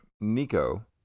Nico